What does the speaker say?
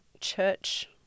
church